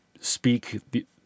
speak